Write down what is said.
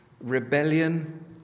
rebellion